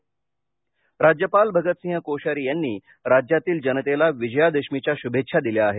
दसरा शभेच्छा राज्यपाल भगतसिंह कोश्यारी यांनी राज्यातील जनतेला विजयादशमीच्या श्भेच्छा दिल्या आहेत